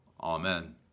Amen